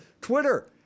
Twitter